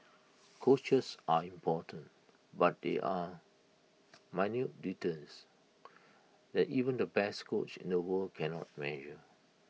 coaches are important but there are minute details that even the best coach in the world cannot measure